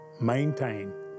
maintain